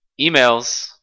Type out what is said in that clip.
Emails